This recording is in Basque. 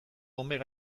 omega